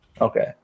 Okay